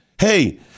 hey